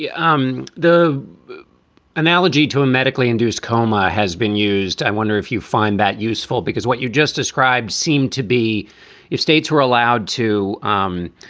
um the analogy to a medically induced coma has been used i wonder if you find that useful, because what you just described seemed to be your states were allowed to um